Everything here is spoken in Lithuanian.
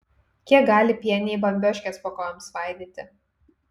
kiek gali pieniai bambioškes po kojom svaidyti